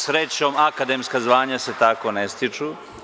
Srećom, akademska zvanja se tako ne stiču.